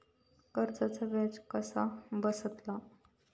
कर्जाचा व्याज किती बसतला?